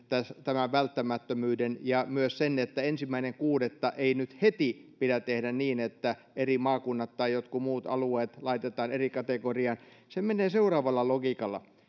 tämän välttämättömyyden ja myös sen että ensimmäinen kuudetta ei nyt heti pidä tehdä niin että eri maakunnat tai jotkut muut alueet laitetaan eri kategorioihin se menee seuraavalla logiikalla